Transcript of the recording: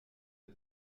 mit